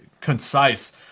concise